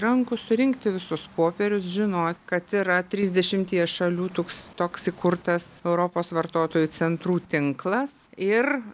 rankų surinkti visus popierius žinot kad yra trisdešimtyje šalių toks toks įkurtas europos vartotojų centrų tinklas ir